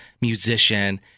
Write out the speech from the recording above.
musician